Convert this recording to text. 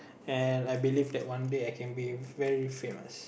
and I believe that one day I can be very famous